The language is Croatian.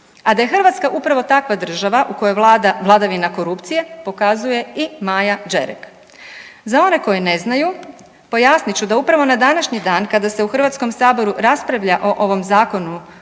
A da je Hrvatska upravo takva država, u kojoj vlada vladavina korupcije pokazuje i Maja Đerek. Za one koji ne znaju, pojasnit ću, da upravo na današnji dan, kada se u HS-u raspravlja o ovom Zakonu